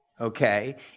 okay